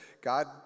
god